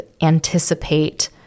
anticipate